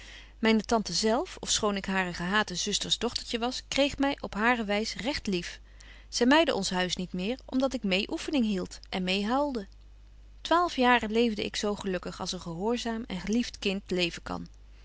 myne tante zelf of schoon ik hare gehaate zusters dochtertje was kreeg my op hare wys recht lief zy mydde ons huis niet meer om dat ik meê oeffening hield en meê huilde twaalf jaren leefde ik zo gelukkig als een gehoorzaam en gelieft kind leven kan